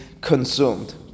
consumed